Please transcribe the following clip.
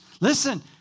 Listen